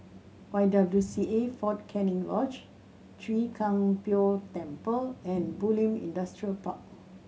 Y W C A Fort Canning Lodge Chwee Kang Beo Temple and Bulim Industrial Park